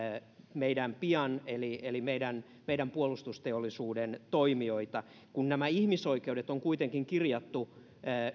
pian eli eli meidän meidän puolustusteollisuuden toimijoita kun nämä ihmisoikeudet on kuitenkin kirjattu